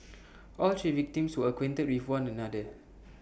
all three victims were acquainted with one another